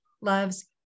loves